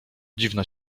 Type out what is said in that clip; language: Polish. dziwna